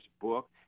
book